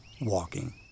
WALKING